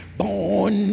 born